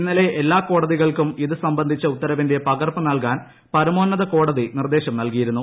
ഇന്നലെ എല്ലാ കോടതികൾക്കും ഇത് ് സൃഷ്ടബന്ധിച്ച ഉത്തരവിന്റെ പകർപ്പ് നൽകാൻ പരമോന്നത ക്കോട്ട്തി നിർദ്ദേശം നൽകിയിരുന്നു